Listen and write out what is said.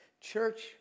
Church